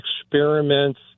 experiments